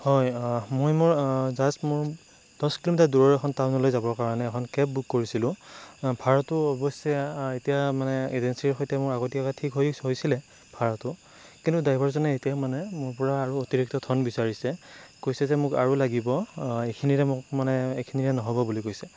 হয় মই মোৰ জাষ্ট মোৰ দহ কিলোমিটাৰ দূৰৰ এখন টাউনলৈ যাবৰ কাৰণে এখন কেব বুক কৰিছিলোঁ মই ভাৰাটো অৱশ্য়ে এতিয়া মানে এজেঞ্চীৰ সৈতে মোৰ আগতীয়াকৈ ঠিক হৈ আছিলে ভাৰাটো কিন্তু ড্ৰাইভাৰজনে এতিয়া মানে মোৰ পৰা আৰু অতিৰিক্ত ধন বিচাৰিছে কৈছে যে মোক আৰু লাগিব এইখিনিৰে মোক মানে এইখিনিৰে নহ'ব বুলি কৈছে